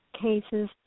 cases